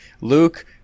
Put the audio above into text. Luke